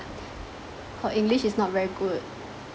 her english is not very good